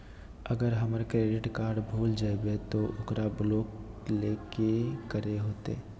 अगर हमर credit card भूल जइबे तो ओकरा ब्लॉक लें कि करे होते?